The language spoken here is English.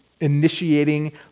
initiating